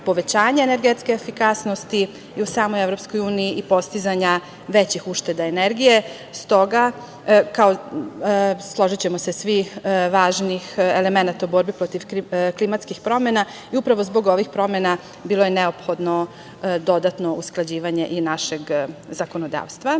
energetske efikasnosti i u samoj EU i postizanja većih ušteda energije.S toga kao, složićemo se svi, važnih elemenata u borbi protiv klimatskih promena i upravo zbog ovih promena bilo je neophodno dodatno usklađivanje i našeg zakonodavstva. Ono